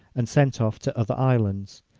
and sent off to other islands,